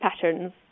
patterns